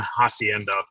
Hacienda